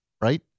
right